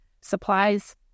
supplies